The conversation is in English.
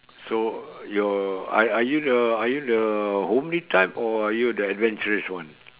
so you're are are you the are you the homely type or are you the adventurous one